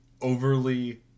overly